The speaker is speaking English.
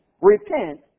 Repent